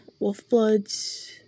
Wolfbloods